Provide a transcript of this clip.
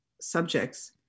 subjects